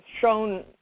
shown